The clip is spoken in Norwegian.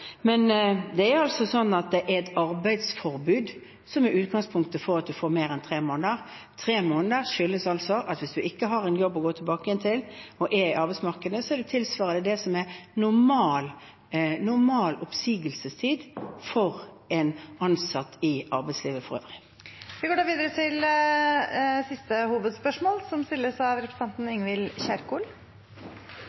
men det er altså et arbeidsforbud som er utgangspunktet for at man får etterlønn i mer enn tre måneder. Hvis man ikke har en jobb å gå tilbake til og er i arbeidsmarkedet, tilsvarer altså tre måneder det som er normal oppsigelsestid for en ansatt i arbeidslivet for øvrig. Vi går videre til siste hovedspørsmål.